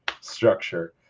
structure